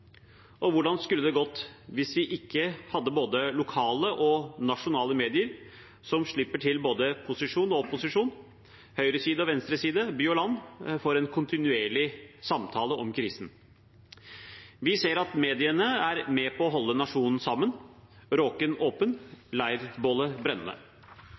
Og hvordan skulle det gått hvis vi ikke hadde både lokale og nasjonale medier som slipper til både posisjon og opposisjon, høyreside og venstreside, by og land, for en kontinuerlig samtale om krisen? Vi ser at mediene er med på å holde nasjonen sammen, råken